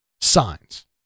signs